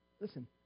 Listen